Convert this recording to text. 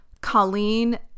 Colleen